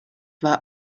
war